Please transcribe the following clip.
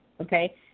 okay